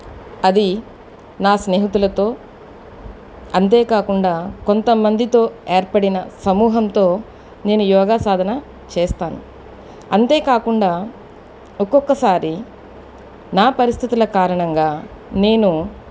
అది నా స్నేహితులతో అంతేకాకుండా కొంతమందితో ఏర్పడిన సమూహంతో నేను యోగా సాధన చేస్తాను అంతేకాకుండా ఒక్కొక్కసారి నా పరిస్థితుల కారణంగా నేను